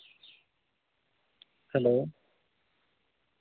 hello